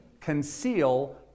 conceal